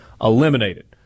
eliminated